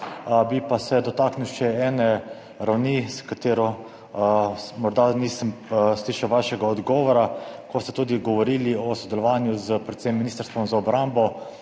bi se še ene ravni, o kateri morda nisem slišal vašega odgovora. Ko ste govorili o sodelovanju predvsem z Ministrstvom za obrambo,